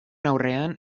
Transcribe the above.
aurrean